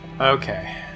Okay